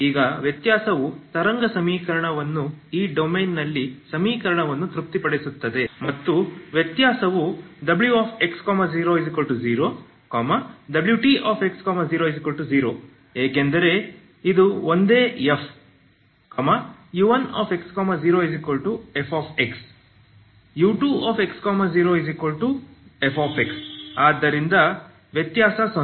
ಈಗ ವ್ಯತ್ಯಾಸವು ತರಂಗ ಸಮೀಕರಣವನ್ನು ಈ ಡೊಮೇನ್ನಲ್ಲಿ ಸಮೀಕರಣವನ್ನು ತೃಪ್ತಿಪಡಿಸುತ್ತದೆ ಮತ್ತು ವ್ಯತ್ಯಾಸ wx00 wtx00 ಏಕೆಂದರೆ ಇದು ಒಂದೇ f u1x0fx u2x0f ಆದ್ದರಿಂದ ವ್ಯತ್ಯಾಸ 0